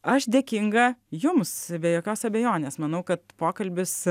aš dėkinga jums be jokios abejonės manau kad pokalbis